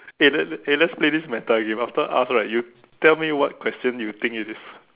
eh let let eh let's play this meta game again after I ask right you tell me what question you think it is